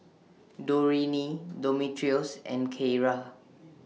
Dorene Demetrios and Kierra